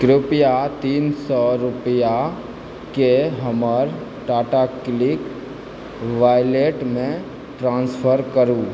कृप्या तीन सए रूपैआके हमर टाटा क्लिक वॉलेटमे ट्रांसफर करू